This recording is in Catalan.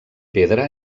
pedra